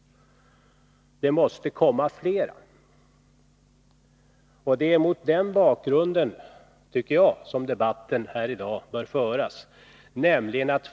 Det måste komma fler. Och det är mot den bakgrunden som jag tycker att debatten här i dag bör föras.